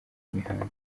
imihanda